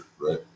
right